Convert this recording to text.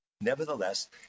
nevertheless